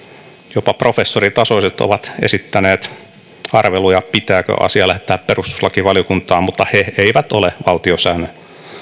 jopa professoritasoiset ovat esittäneet arveluja pitääkö asia lähettää perustuslakivaliokuntaan mutta he eivät ole valtiosäännön